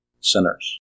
sinners